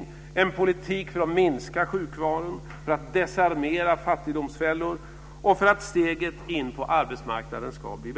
Vi vill föra en politik för att minska sjukfrånvaron, för att desarmera fattigdomsfällor och för att steget in på arbetsmarknaden ska bli